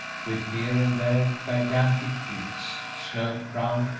with here and there gigantic peaks, snow-crowned,